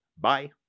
bye